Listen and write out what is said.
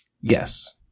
Yes